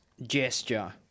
gesture